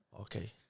Okay